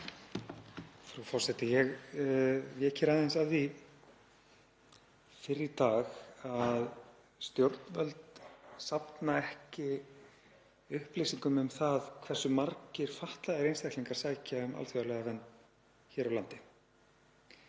Frú forseti. Ég vék aðeins að því fyrr í dag að stjórnvöld safna ekki upplýsingum um það hversu margir fatlaðir einstaklingar sækja um alþjóðlega vernd hér á landi.